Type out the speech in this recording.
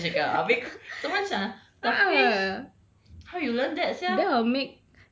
aku faham sia dia cakap habis apa macam tapi how you learn that sia